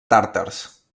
tàrtars